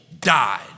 died